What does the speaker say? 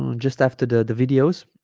um just after the videos